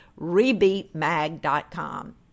RebeatMag.com